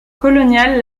coloniale